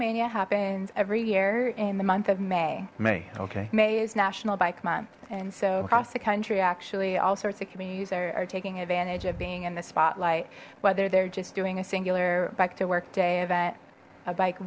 mania happens every year in the month of may may okay may is national bike month and so across the country actually all sorts of communities are taking advantage of being in the spotlight whether they're just doing a singular bike to work day event a bike